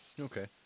Okay